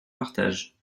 partage